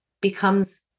becomes